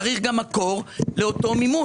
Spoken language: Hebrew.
צריך גם מקור למימון.